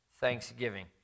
thanksgiving